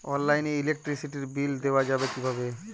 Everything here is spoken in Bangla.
অনলাইনে ইলেকট্রিসিটির বিল দেওয়া যাবে কিভাবে?